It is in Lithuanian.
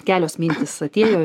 kelios mintys atėjo